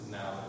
now